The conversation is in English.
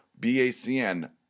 BACN